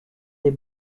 des